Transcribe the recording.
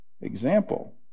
example